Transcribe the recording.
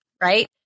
right